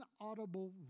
Inaudible